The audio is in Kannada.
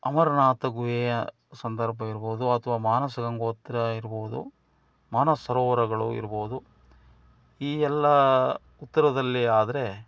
ಅಮರನಾಥ ಗುಹೆಯ ಸಂದರ್ಭವಿರ್ಬೋದು ಅಥವಾ ಮಾನಸ ಗಂಗೋತ್ರಿ ಇರ್ಬೋದು ಮಾನಸ ಸರೋವರಗಳು ಇರ್ಬೋದು ಈ ಎಲ್ಲ ಉತ್ತರದಲ್ಲಿ ಆದರೆ